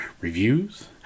reviews